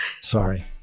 Sorry